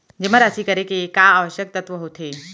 जेमा राशि करे के का आवश्यक शर्त होथे?